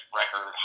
record